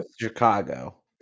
Chicago